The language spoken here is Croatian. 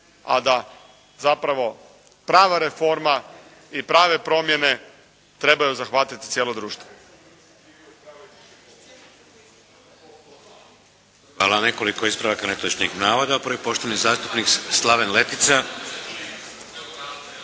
a da zapravo prava reforma i prave promjene trebaju zahvatiti cijelo društvo. **Šeks, Vladimir (HDZ)** Hvala. Nekoliko ispravaka netočnih navoda.